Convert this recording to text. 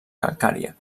calcària